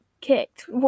kicked